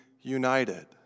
united